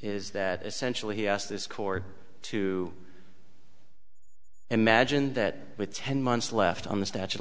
is that essentially he asked this court to imagine that with ten months left on the statute of